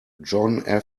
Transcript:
john